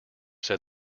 said